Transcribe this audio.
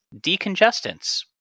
Decongestants